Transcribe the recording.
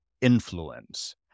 influence